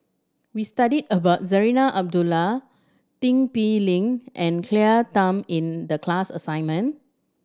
we studied about Zarinah Abdullah Tin Pei Ling and Claire Tham in the class assignment